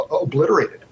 obliterated